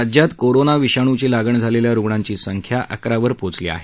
राज्यात कोरोना विषाणूची लागण झालेल्या रुग्णांची संख्या अकरा वर पोचली आहे